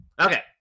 Okay